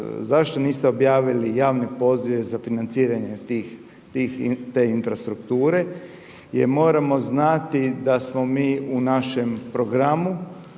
Zašto niste objavili javne pozive za financiranje te infrastrukture? Jer moramo znati da smo mi u našem programu,